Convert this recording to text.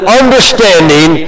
understanding